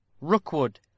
ROOKWOOD